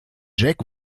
jack